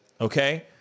okay